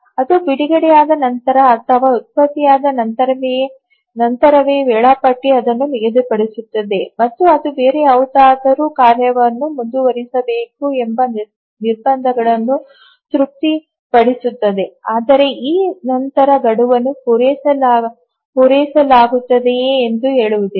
ಅದು ಬಿಡುಗಡೆಯಾದ ನಂತರ ಅಥವಾ ಉತ್ಪತ್ತಿಯಾದ ನಂತರವೇ ವೇಳಾಪಟ್ಟಿ ಅದನ್ನು ನಿಗದಿಪಡಿಸುತ್ತದೆ ಮತ್ತು ಅದು ಬೇರೆ ಯಾವುದಾದರೂ ಕಾರ್ಯವನ್ನು ಮುಂದುವರಿಸಬೇಕು ಎಂಬ ನಿರ್ಬಂಧಗಳನ್ನು ತೃಪ್ತಿಪಡಿಸುತ್ತದೆ ಆದರೆ ನಂತರ ಗಡುವನ್ನು ಪೂರೈಸಲಾಗುತ್ತದೆಯೇ ಎಂದು ಹೇಳುವುದಿಲ್ಲ